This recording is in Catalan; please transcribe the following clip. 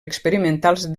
experimentals